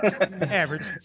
average